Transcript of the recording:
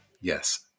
Yes